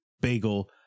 bagel